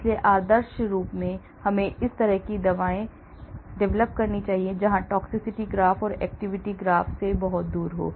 इसलिए आदर्श रूप से हमें इस तरह की दवाएं होनी चाहिए जहां toxicity graph activity graph से बहुत दूर है